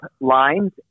lines